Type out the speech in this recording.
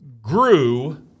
Grew